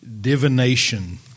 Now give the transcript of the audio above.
divination